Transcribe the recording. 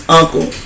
uncle